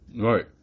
Right